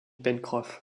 pencroff